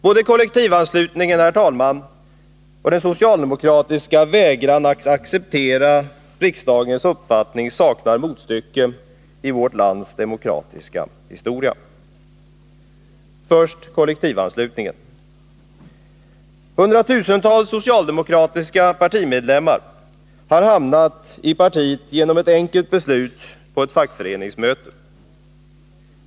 Både kollektivanslutningen och den socialdemokratiska vägran att acceptera riksdagens uppfattning saknar motstycke i vårt lands demokratiska historia. Först några ord om kollektivanslutningen. Hundratusentals socialdemokratiska partimedlemmar har hamnat i partiet genom ett enkelt beslut på ett fackföreningsmöte.